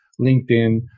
LinkedIn